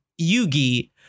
yugi